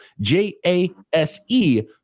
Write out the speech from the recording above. J-A-S-E